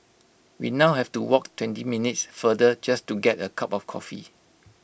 we now have to walk twenty minutes further just to get A cup of coffee